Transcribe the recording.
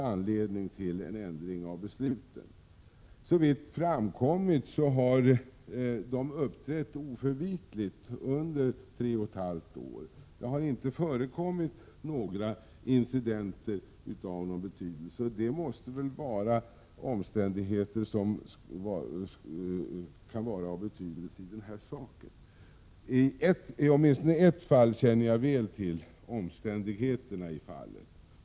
Såvitt framkommit har de uppträtt oförvitligt under tre och ett halvt år. Det har inte förekommit några incidenter av vikt, och det måste väl vara omständigheter som kan vara av betydelse i den här saken. I åtminstone ett fall känner jag väl till omständigheterna.